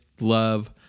Love